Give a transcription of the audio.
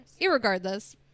irregardless